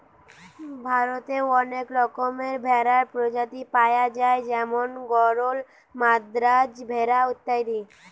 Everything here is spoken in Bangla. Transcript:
ভারতে অনেক রকমের ভেড়ার প্রজাতি পায়া যায় যেমন গরল, মাদ্রাজ ভেড়া ইত্যাদি